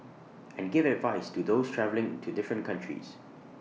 and give advice to those travelling to different countries